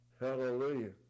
hallelujah